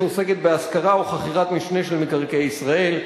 שעוסקת בהשכרה או חכירת משנה של מקרקעי ישראל,